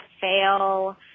fail